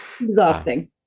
Exhausting